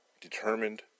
determined